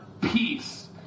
peace